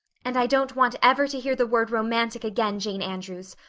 and i don't want ever to hear the word romantic again, jane andrews.